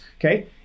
Okay